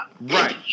right